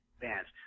bands